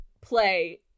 play